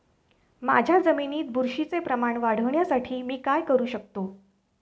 माझ्या जमिनीत बुरशीचे प्रमाण वाढवण्यासाठी मी काय करू शकतो?